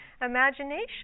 imagination